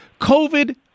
covid